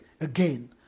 again